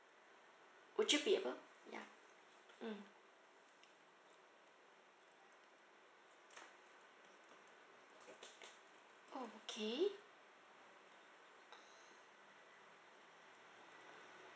would you be able ya mm okay